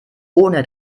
ohne